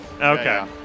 Okay